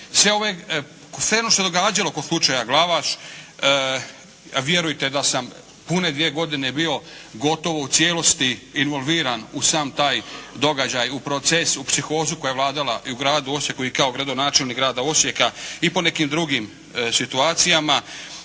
Sve ove, sve ono što se događalo oko slučaja "Glavaš" vjerujte da sam pune dvije godine bio gotovo u cijelosti involviran u sam taj događaj, u proces, u psihozu koja je vladala i u gradu Osijeku i kao gradonačelnik grada Osijeka i po nekim drugim situacijama.